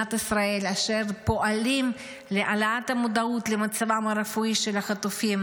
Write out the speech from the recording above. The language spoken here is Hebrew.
במדינת ישראל אשר פועלים להעלאת המודעות למצבם הרפואי של החטופים: